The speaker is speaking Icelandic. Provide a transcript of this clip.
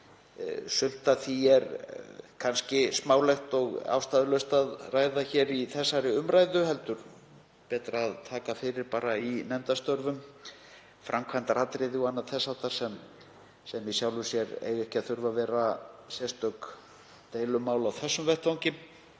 Sumt af því er kannski smálegt og ástæðulaust að ræða í þessari umræðu og betra að taka fyrir í nefndarstörfum, eins og framkvæmdaratriði og annað þess háttar sem eiga í sjálfu sér ekki að þurfa að vera sérstök deilumál á þessum vettvangi.